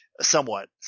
somewhat